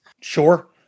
Sure